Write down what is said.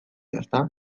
ezta